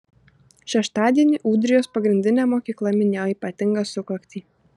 šeštadienį ūdrijos pagrindinė mokykla minėjo ypatingą sukaktį